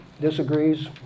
disagrees